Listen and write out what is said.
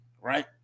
right